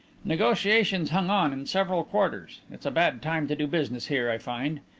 negotiations hung on in several quarters it's a bad time to do business here, i find.